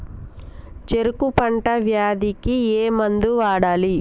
చెరుకు పంట వ్యాధి కి ఏ మందు వాడాలి?